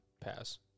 Pass